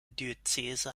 diözese